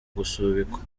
gusubikwa